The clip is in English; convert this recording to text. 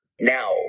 Now